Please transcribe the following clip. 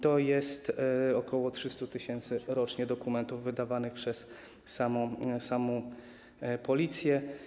To jest ok. 300 tys. rocznie dokumentów wydawanych przez samą Policję.